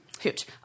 Huge